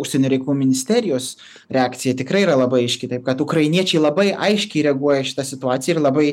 užsienio reikalų ministerijos reakcija tikrai yra labai aiški taip kad ukrainiečiai labai aiškiai reaguoja į šitą situaciją ir labai